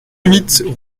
huit